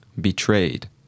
Betrayed